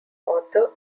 author